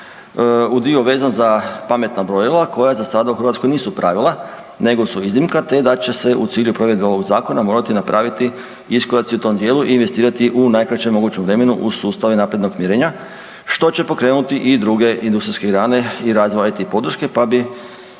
u dio vezan za pametna brojila koja za sada u Hrvatskoj nisu pravila nego su iznimka, te da će se u cilju provedbu ovog zakona morati napraviti iskoraci u tom dijelu i investirati u najkraćem mogućem vremenu u sustave naprednog mirenja, što će pokrenuti i druge industrijske grane i razvijati podrške, pa bi